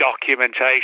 documentation